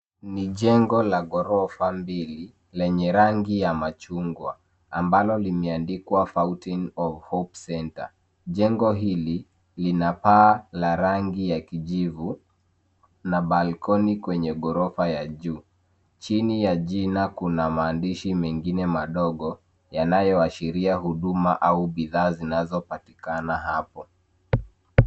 Ni jengo la ghorofa mbili lenye rangi ya machungwa, ambalo limeandikwa Fountain of Hope Centre. Jengo hili lina paa la rangi ya kijivu na balkoni kwenye ghorofa ya juu. Chini ya jina, kuna maandishi mengine madogo yanayoashiria huduma au bidhaa zinazopatikana hapo.